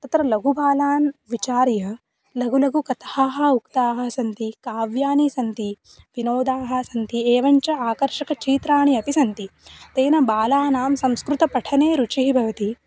तत्र लघुबालान् विचार्य लघुलघुकथाः उक्ताः सन्ति काव्यानि सन्ति विनोदाः सन्ति एवं च आकर्षकचित्राणि अपि सन्ति तेन बालानां संस्कृतपठने रुचिः भवति